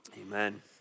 Amen